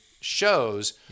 shows